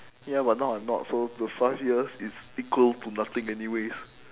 ya but now I'm not so the five years is equal to nothing anyways